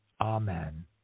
Amen